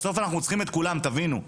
בסוף אנחנו צריכים את כולם, תבינו.